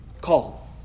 call